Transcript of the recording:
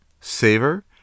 savor